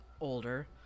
older